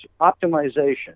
optimization